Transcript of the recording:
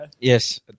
Yes